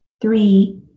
three